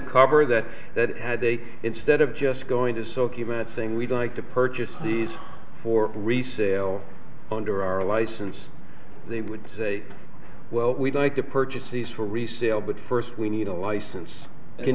cover that that had they instead of just going to sell came out saying we'd like to purchase these for resale under our license they would say well we'd like to purchase these for resale but first we need a license can